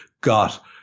got